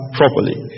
properly